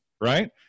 right